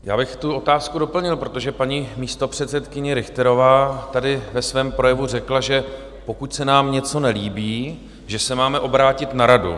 Já bych tu otázku doplnil, protože paní místopředsedkyně Richterová tady ve svém projevu řekla, že pokud se nám něco nelíbí, že se máme obrátit na radu.